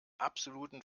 absoluten